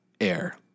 air